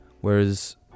Whereas